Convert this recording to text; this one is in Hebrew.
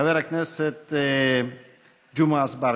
חבר הכנסת ג'מעה אזברגה.